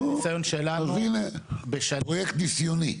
לפי הניסיון שלנו- - נו אז הנה, פרויקט ניסיוני.